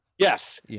Yes